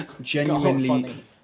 genuinely